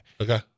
okay